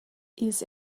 ils